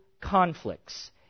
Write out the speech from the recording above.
conflicts